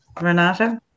Renata